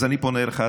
אז אני פונה אליך,